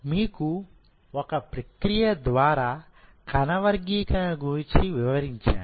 మీకు ఒక ప్రక్రియ ద్వారా కణ వర్గీకరణ గూర్చి వివరించాను